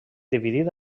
dividit